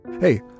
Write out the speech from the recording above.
Hey